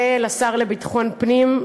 ולשר לביטחון פנים,